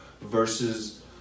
versus